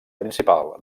principal